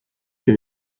que